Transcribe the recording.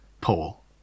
Paul